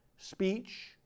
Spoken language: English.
speech